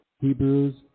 Hebrews